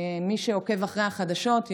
מי שעוקב אחרי החדשות,